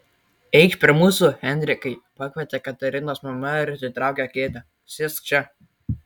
eikš prie mūsų henrikai pakvietė katarinos mama ir atitraukė kėdę sėsk čia